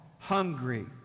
hungry